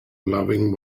loving